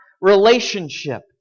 relationship